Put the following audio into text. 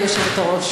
גברתי היושבת-ראש,